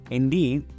Indeed